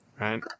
right